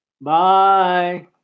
Bye